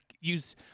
use